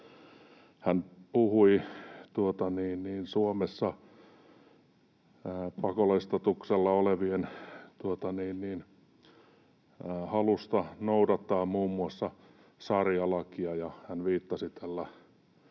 Hän puhui Suomessa pakolaisstatuksella olevien halusta noudattaa muun muassa šarialakia, ja hän viittasi tällä